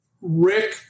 Rick